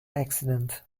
accident